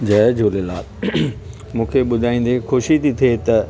जय झूलेलाल मूंखे ॿुधाईंदे ख़ुशी थी थिए त